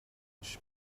ich